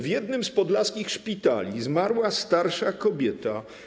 W jednym z podlaskich szpitali zmarła starsza kobieta.